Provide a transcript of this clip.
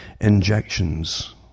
Injections